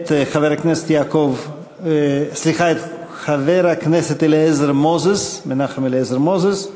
את חבר הכנסת מנחם אליעזר מוזס: